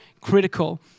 critical